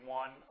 one